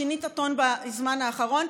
שינית טון בזמן האחרון.